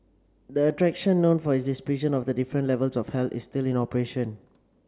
the attraction known for its depiction of the different levels of hell is still in operation